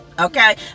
okay